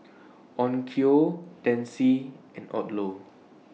Onkyo Delsey and Odlo